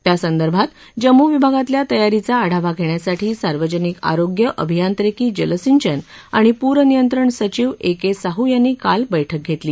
त्यासंदर्भात जम्मू विभागातल्या तयारीचा आढावा घेण्यासाठी सार्वजनिक आरोग्य अभियांत्रिकी जलसिंचन आणि पूर नियंत्रण सचीव ए के साह् यांनी काल बैठक घेतली